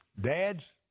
Dads